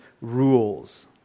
rules